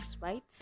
right